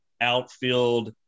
outfield